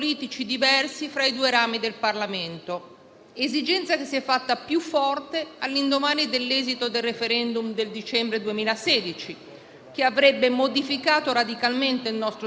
Il monito della Corte è stato seguito - devo dire - dal Parlamento, perché la legge elettorale attuale, sul cui merito ci sono, come sapete, giudizi diversi, che si stanno confrontando in Commissione affari costituzionali